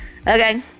Okay